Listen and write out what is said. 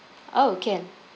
oh can